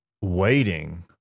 waiting